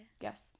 yes